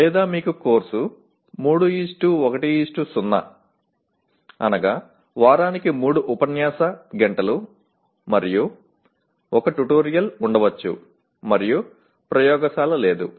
లేదా మీకు కోర్సు 31 0 వారానికి 3 ఉపన్యాస గంటలు మరియు 1 ట్యుటోరియల్ ఉండవచ్చు మరియు ప్రయోగశాల లేదు